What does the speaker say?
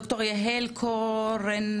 ד"ר יהל קורלנדר?